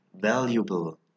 valuable